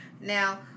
Now